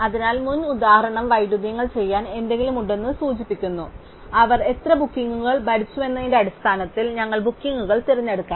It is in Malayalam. അതിനാൽ മുൻ ഉദാഹരണം വൈരുദ്ധ്യങ്ങൾ ചെയ്യാൻ എന്തെങ്കിലും ഉണ്ടെന്ന് സൂചിപ്പിക്കുന്നു അതിനാൽ അവർ എത്ര ബുക്കിംഗുകൾ ഭരിച്ചുവെന്നതിന്റെ അടിസ്ഥാനത്തിൽ ഞങ്ങൾ ബുക്കിംഗുകൾ തിരഞ്ഞെടുക്കാം